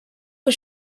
was